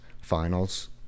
finals